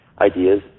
ideas